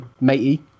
matey